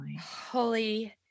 Holy